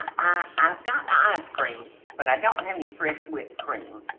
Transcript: i've got ice cream but i don't have any fresh whipped cream.